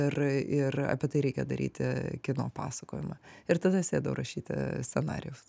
ir ir apie tai reikia daryti kino pasakojimą ir tada sėdau rašyti scenarijaus